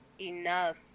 enough